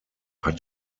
hat